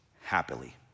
happily